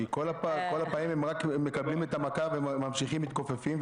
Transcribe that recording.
כי כל הפעמים הם רק מקבלים את המכה וממשיכים ומתכופפים,